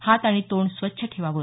हात आणि तोंड स्वच्छ ठेवावं